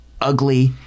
ugly